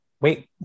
Wait